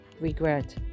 regret